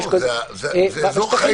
לא